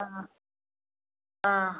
ஆ ஆ